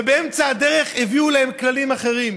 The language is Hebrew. ובאמצע הדרך הביאו להם כללים אחרים.